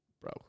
Bro